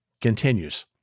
Continues